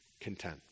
content